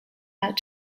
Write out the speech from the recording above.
out